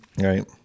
right